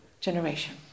generation